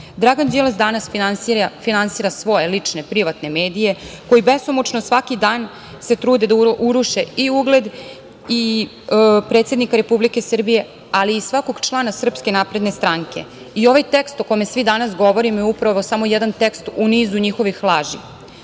Dragan Đilas danas finansira svoje lične, privatne medije, koji besomučno svaki dan se trude da uruše i ugled i predsednika Republike Srbije, ali i svakog člana SNS.Ovaj tekst o kome svi danas govorimo je upravo samo jedan tekst u nizu njihovih laži.